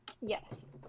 yes